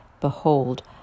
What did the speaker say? Behold